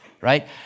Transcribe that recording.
Right